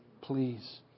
Please